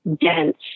dense